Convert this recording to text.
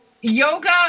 yoga